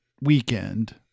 weekend